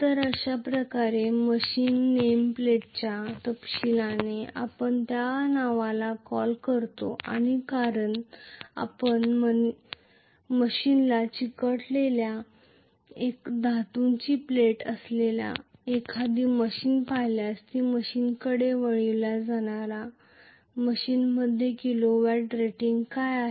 तर अशा प्रकारे मशीन नेम प्लेटच्या तपशीलाने आपण त्या नावाला संबोधित करतो कारण आपण मशीनला चिकटलेल्या एका धातूची प्लेट असलेली एखादी मशीन पाहिल्यास ती मशीनकडे वळविली जाईल मशीनचे किलोवॅट रेटिंग काय आहे